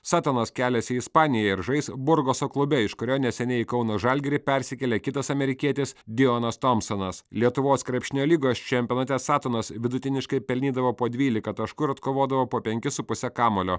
satanas keliasi į ispaniją ir žais burgoso klube iš kurio neseniai į kauno žalgirį persikėlė kitas amerikietis dijonas tomsonas lietuvos krepšinio lygos čempionate satonas vidutiniškai pelnydavo po dvylika taškų atkovodavo po penkis su puse kamuolio